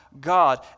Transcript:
God